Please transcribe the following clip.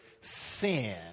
sin